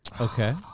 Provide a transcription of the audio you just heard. Okay